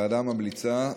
הוועדה ממליצה,